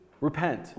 repent